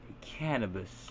Cannabis